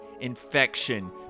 Infection